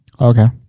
Okay